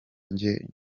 njye